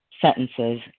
sentences